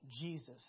Jesus